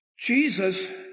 Jesus